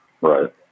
Right